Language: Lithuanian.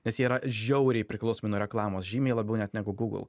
nes jie yra žiauriai priklausomi nuo reklamos žymiai labiau net negu gūgl